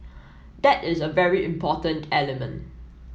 that is a very important element